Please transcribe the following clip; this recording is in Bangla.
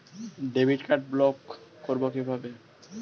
ডেবিট কার্ড ব্লক করব কিভাবে?